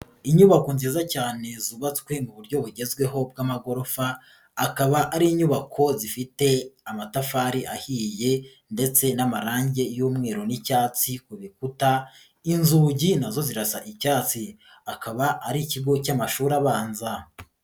Inyubako nziza cyane zubatswe mu buryo bugezweho bw'amagorofa, akaba ari inyubako zifite amatafari ahiye ndetse n'amarangi y'umweru n'icyatsi ku bikuta, inzugi na zo zirasa icyatsi, akaba ari ikigo cy'amashuri abanza.